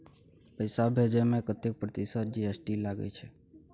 पैसा भेजै में कतेक प्रतिसत जी.एस.टी लगे छै?